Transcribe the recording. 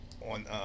on